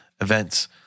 events